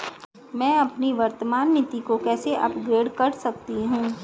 मैं अपनी वर्तमान नीति को कैसे अपग्रेड कर सकता हूँ?